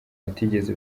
atigeze